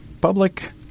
public